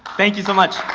thank you so much.